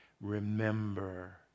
Remember